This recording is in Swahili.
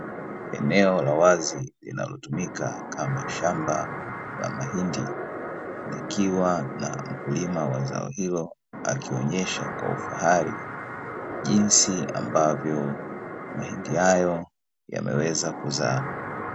Eneo la wazi linalotumika kama shamba la mahindi, likiwa na mkulima wa zao hilo, akionesha kwa ufahari jinsi ambavyo mahindi hayo yameweza kuzaa.